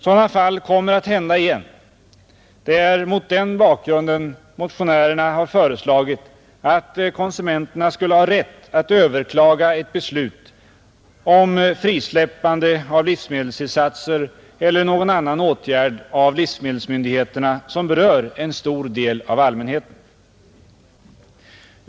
Sådana fall kommer att inträffa igen och det är mot den bakgrunden som motionärerna har föreslagit att konsumenterna skulle ha rätt att överklaga ett beslut om frisläppande av livsmedelstillsatser eller någon annan åtgärd av livsmedelsmyndigheterna som berör en stor del av allmänheten.